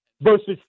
versus